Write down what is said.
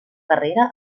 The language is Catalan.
carrera